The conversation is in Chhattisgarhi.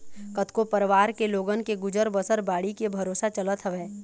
कतको परवार के लोगन के गुजर बसर बाड़ी के भरोसा चलत हवय